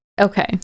Okay